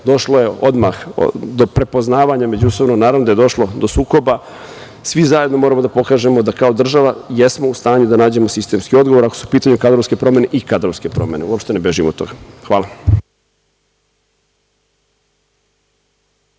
Došlo je odmah do prepoznavanja međusobno. Naravno da je došlo do sukoba. Svi zajedno moramo da pokažemo da kao država jesmo u stanju da nađemo sistemski odgovor, ako su u pitanju kadrovske promene – i kadrovske promene, uopšte ne bežim od toga. Hvala.